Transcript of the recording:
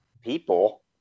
people